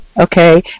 okay